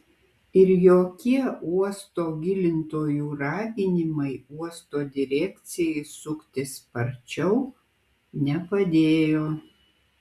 ir jokie uosto gilintojų raginimai uosto direkcijai suktis sparčiau nepadėjo